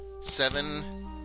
seven